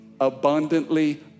abundantly